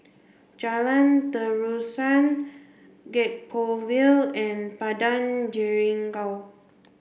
Jalan Terusan Gek Poh Ville and Padang Jeringau